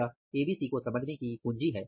यह एबीसी को समझने की कुंजी है